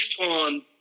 on